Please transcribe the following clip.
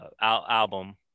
album